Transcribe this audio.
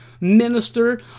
minister